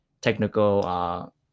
technical